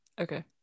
okay